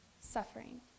suffering